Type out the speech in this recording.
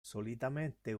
solitamente